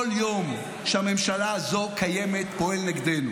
כל יום שהממשלה הזו קיימת פועל נגדנו,